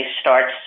starts